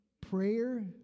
Prayer